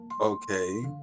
Okay